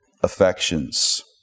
affections